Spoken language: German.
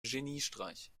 geniestreich